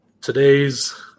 today's